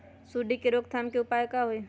सूंडी के रोक थाम के उपाय का होई?